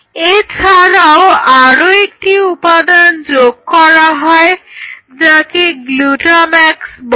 এছাড়াও আরও একটি উপাদান যোগ করা হয় যাকে গ্লুটাম্যাক্স বলে